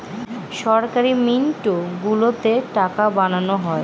সরকারি মিন্ট গুলোতে টাকা বানানো হয়